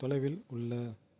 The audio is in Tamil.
தொலைவில் உள்ள